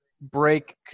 break